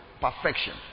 Perfection